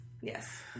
Yes